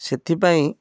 ସେଥିପାଇଁ